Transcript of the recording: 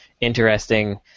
interesting